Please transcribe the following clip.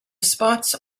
spots